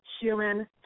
human